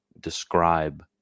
describe